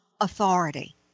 authority